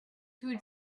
too